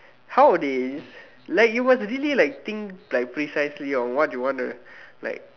how this like you must really like think like precisely of what you want to like